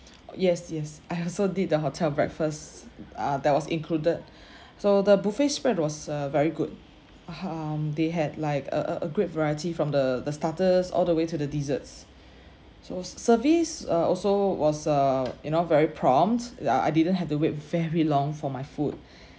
yes yes I also did the hotel breakfast uh that was included so the buffet spread was uh very good um they had like a a a great variety from the the starters all the way to the desserts so service uh also was uh you know very prompt l~ uh I didn't have to wait very long for my food